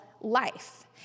Life